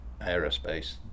aerospace